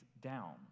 down